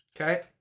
okay